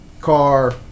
car